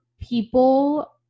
people